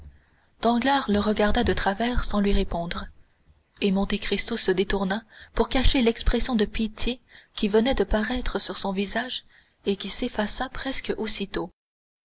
danglars le regarda de travers sans lui répondre et monte cristo se détourna pour cacher l'expression de pitié qui venait de paraître sur son visage et qui s'effaça presque aussitôt